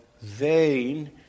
vain